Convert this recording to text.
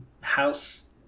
house